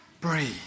breathe